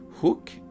Hook